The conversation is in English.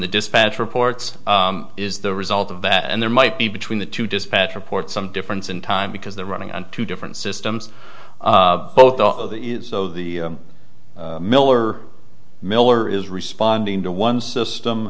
the dispatch reports is the result of that and there might be between the two dispatch reports some difference in time because they're running on two different systems both the so the miller miller is responding to one system